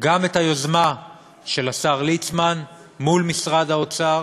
גם את היוזמה של השר ליצמן מול משרד האוצר